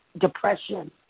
depression